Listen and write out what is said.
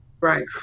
Right